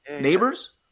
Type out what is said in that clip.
Neighbors